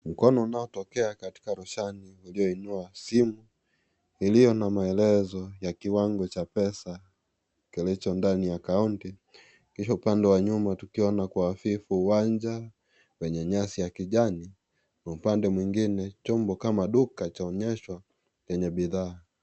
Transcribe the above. Mkono unaotokea katika roshani uliyoinua simu iliyo na maelezo ya kiwango cha pesa kilicho ndani ya akaunti, kisha upande wa nyuma tukiona kwa hafifu, uwanja wenye nyasi ya kijani, na upande mwingine chombo kama duka chaonyeshwa chenye bidhaa.